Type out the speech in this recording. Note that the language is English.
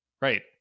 Right